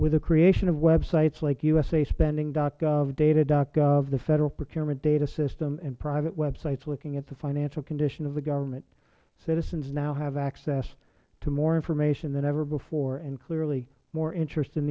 with the creation of websites like usaspending gov data gov the federal procurement data system and private websites looking at the financial condition of the government citizens now have access to more information than ever before and clearly more interest in